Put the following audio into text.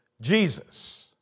Jesus